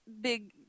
big